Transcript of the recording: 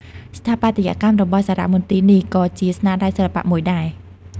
ស្ថាបត្យកម្មរបស់សារមន្ទីរនេះក៏ជាស្នាដៃសិល្បៈមួយដែរ។